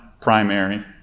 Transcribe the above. primary